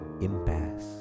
impasse